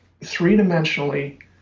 three-dimensionally